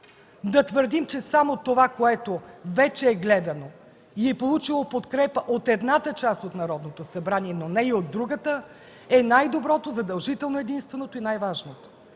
да твърдим, че само това, което вече е гледано и е получило подкрепа от едната част от Народното събрание, но не и от другата, е най-доброто, задължително единственото и най-важното.